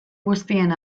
guztien